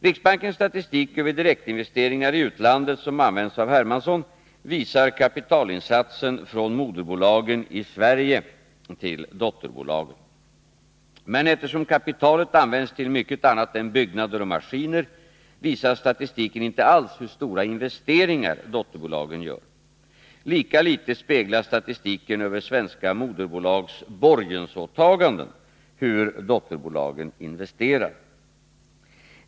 Riksbankens statistik över direktinvesteringar i utlandet som används av herr Hermansson visar kapitalinsatsen från moderbolagen i Sverige till dotterbolagen. Men eftersom kapitalet används till mycket annat än byggnader och maskiner, visar statistiken inte alls hur stora investeringar dotterbolagen gör. Lika litet speglar statistiken över svenska moderbolags borgensåtaganden hur dotterbolagen investerar.